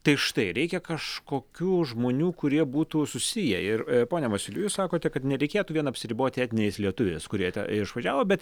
tai štai reikia kažkokių žmonių kurie būtų susiję ir pone masiuli jūs sakote kad nereikėtų vien apsiriboti etniniais lietuviais kurie išvažiavo bet